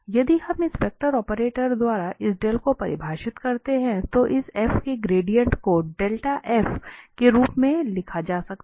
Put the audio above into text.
यदि हम इस वेक्टर ऑपरेटर द्वारा इस डेल को परिभाषित करते हैं तो इस f के ग्रेडिएंट को के रूप में लिखा जा सकता है